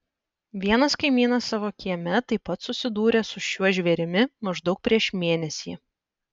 vienas kaimynas savo kieme taip pat susidūrė su šiuo žvėrimi maždaug prieš mėnesį